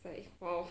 like !wow!